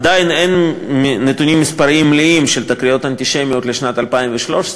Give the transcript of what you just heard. עדיין אין נתונים מספריים מלאים על תקריות אנטישמיות לשנת 2013,